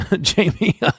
Jamie